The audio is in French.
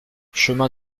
chemin